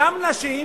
גם נשים,